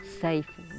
safe